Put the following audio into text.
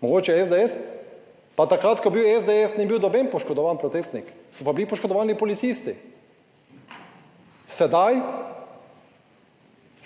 Mogoče SDS? Pa takrat, ko je bil SDS, ni bil noben poškodovan protestnik so pa bili poškodovani policisti. Sedaj